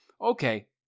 okay